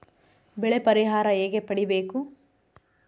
ಬೆಳೆ ಪರಿಹಾರ ಹೇಗೆ ಪಡಿಬೇಕು?